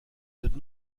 did